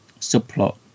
subplot